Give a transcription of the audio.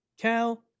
Cal